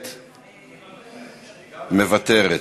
מוותרת.